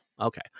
Okay